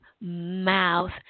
mouth